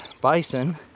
bison